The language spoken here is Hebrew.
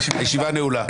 הישיבה נעולה.